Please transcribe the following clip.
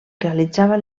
realitzava